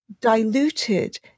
Diluted